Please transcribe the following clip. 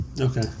Okay